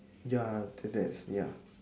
ya the that's ya